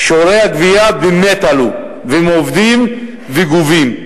שיעורי הגבייה באמת עלו, והם עובדים וגובים.